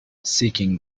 seeking